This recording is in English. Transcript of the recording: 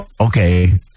okay